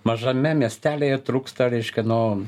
mažame miestelyje trūksta reiškia no